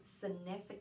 significant